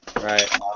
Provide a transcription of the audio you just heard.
Right